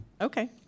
Okay